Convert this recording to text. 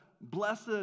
blessed